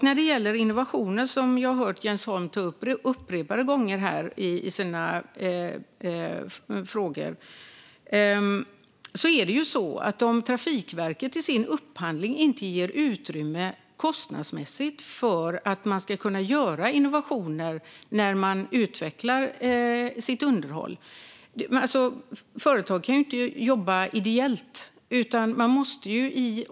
När det gäller innovationer, som jag har hört Jens Holm ta upp upprepade gånger i sina frågor, kan företag inte jobba ideellt om Trafikverket i sina upphandlingar inte kostnadsmässigt ger utrymme för innovationer när underhållet utvecklas.